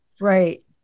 Right